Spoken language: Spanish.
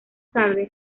tarde